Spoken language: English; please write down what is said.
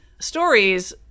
stories